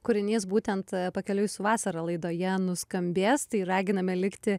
kūrinys būtent pakeliui su vasara laidoje nuskambės tai raginame likti